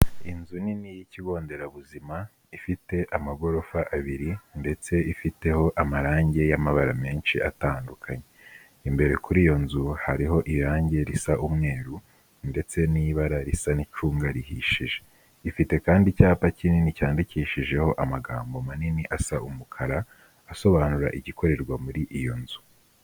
Inzu nini y'Ikigo Nderabuzima, ifite amagorofa abiri ndetse ifiteho amarangi y'amabara menshi atandukanye. Imbere kuri iyo nzu hariho irangi risa umweru ndetse n'ibara risa n'icunga rihishije. Ifite kandi icyapa kinini cyandikishijeho amagambo manini asa umukara, asobanura igikorerwa muri iyo nzu.